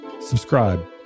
subscribe